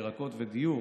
הירקות והדיור,